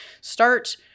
Start